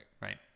right